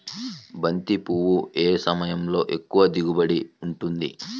బంతి పువ్వు ఏ సమయంలో ఎక్కువ దిగుబడి ఉంటుంది?